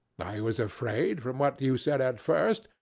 i was afraid, from what you said at first,